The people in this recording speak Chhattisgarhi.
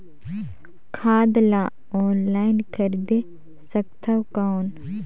खाद ला ऑनलाइन खरीदे सकथव कौन?